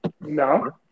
No